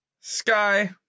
sky